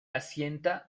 asienta